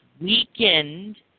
weakened